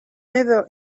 never